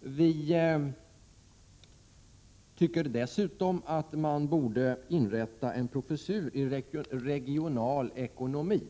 Vi tycker dessutom att man borde inrätta en professur i regional ekonomi.